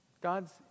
God's